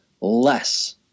less